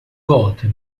volte